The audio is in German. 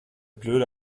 blöde